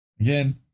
Again